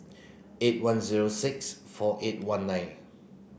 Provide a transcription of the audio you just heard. eight one zero six four eight one nine